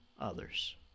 others